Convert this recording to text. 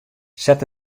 set